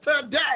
today